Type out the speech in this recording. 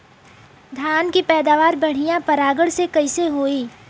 धान की पैदावार बढ़िया परागण से कईसे होई?